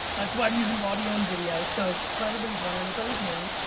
that's why i'm using audio and video, so for everybody who's wondering, it's always me.